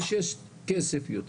איפה שיש יותר כסף.